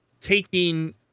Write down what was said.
taking